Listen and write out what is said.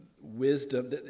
wisdom